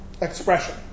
expression